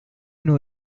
know